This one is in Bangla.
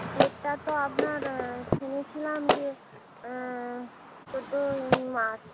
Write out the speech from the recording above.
ডেটটা তো আপনার শুনেছিলাম যে চৌদ্দোই মার্চ